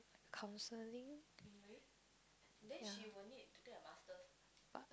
counselling